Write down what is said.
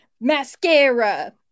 Mascara